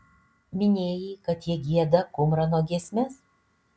minėjai kad jie gieda kumrano giesmes